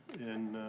and